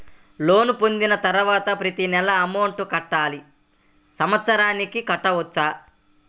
Loan పొందిన తరువాత ప్రతి నెల అమౌంట్ కట్టాలా? సంవత్సరానికి కట్టుకోవచ్చా?